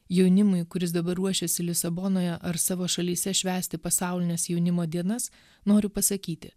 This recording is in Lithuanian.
jaunimui kuris dabar ruošėsi lisabonoje ar savo šalyse švęsti pasaulines jaunimo dienas noriu pasakyti